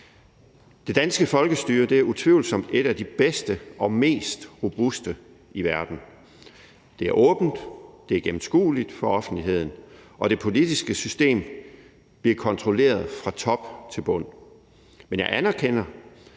Det danske folkestyre er utvivlsomt et af de bedste og mest robuste i verden; det er åbent, det er gennemskueligt for offentligheden, og det politiske system bliver kontrolleret fra top til bund. Men jeg anerkender,